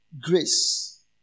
grace